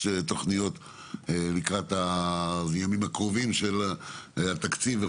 תוכניות לקראת הימים הקרבים של התקציב.